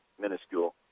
minuscule